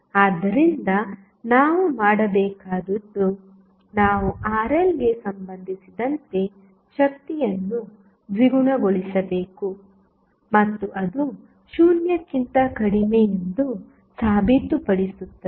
ಆದ್ದರಿಂದ ನಾವು ಮಾಡಬೇಕಾದುದು ನಾವು RLಗೆ ಸಂಬಂಧಿಸಿದಂತೆ ಶಕ್ತಿಯನ್ನು ದ್ವಿಗುಣಗೊಳಿಸಬೇಕು ಮತ್ತು ಅದು 0 ಕ್ಕಿಂತ ಕಡಿಮೆ ಎಂದು ಸಾಬೀತುಪಡಿಸುತ್ತದೆ